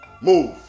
Move